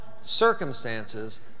circumstances